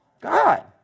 God